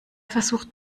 versucht